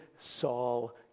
Saul